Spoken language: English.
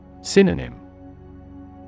Synonym